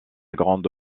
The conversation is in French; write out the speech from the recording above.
grande